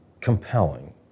compelling